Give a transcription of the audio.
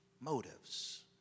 motives